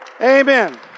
amen